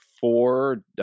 four